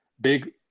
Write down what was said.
big